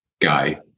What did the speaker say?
guy